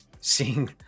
seeing